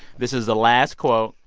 this is the last quote,